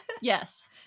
Yes